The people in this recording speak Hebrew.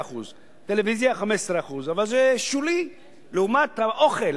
15%; טלוויזיה 15%. אבל זה שולי לעומת האוכל,